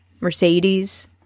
Mercedes